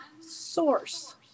source